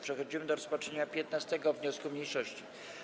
Przechodzimy do rozpatrzenia 15. wniosku mniejszości.